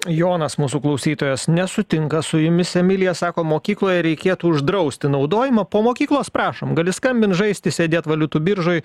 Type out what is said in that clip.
jonas mūsų klausytojas nesutinka su jumis emilija sako mokykloje reikėtų uždrausti naudojimą po mokyklos prašom gali skambint žaisti sėdėti valiutų biržoj